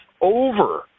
over